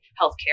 healthcare